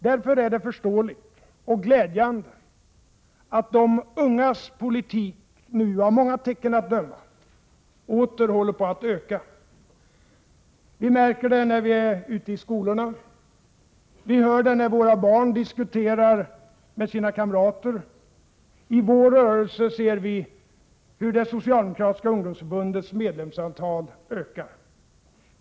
Därför är det förståeligt och glädjande att de ungas intresse för politik nu — av många tecken att döma — åter håller på att öka. Vi märker det när vi är ute i skolorna. Vi hör det när våra barn diskuterar med sina kamrater. I vår rörelse ser vi hur det socialdemokratiska ungdomsförbundets medlemsantal ökar.